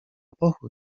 pochód